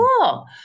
cool